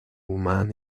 woman